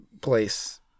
place